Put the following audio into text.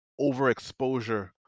overexposure